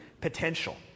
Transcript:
potential